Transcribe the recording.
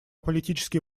политические